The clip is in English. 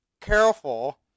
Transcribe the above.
careful